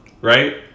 Right